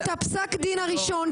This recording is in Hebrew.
קיבלתם את פסק הדין הראשון,